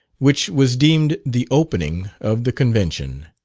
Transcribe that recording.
which was deemed the opening of the convention.